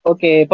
Okay